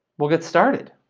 we'll get started.